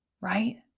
right